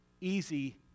easy